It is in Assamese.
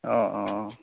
অঁ অঁ অঁ